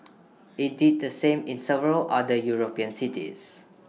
IT did the same in several other european cities